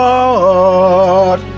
Lord